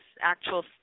actual